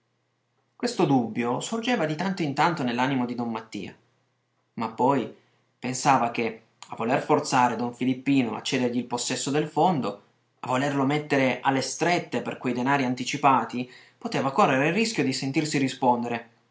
questo dubbio sorgeva di tanto in tanto nell'animo di don mattia ma poi pensava che a voler forzare don filippino a cedergli il possesso del fondo a volerlo mettere alle strette per quei denari anticipati poteva correre il rischio di sentirsi rispondere